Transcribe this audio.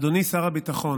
אדוני שר הביטחון,